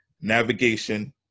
navigation